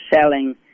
selling